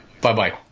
Bye-bye